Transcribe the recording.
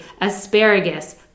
asparagus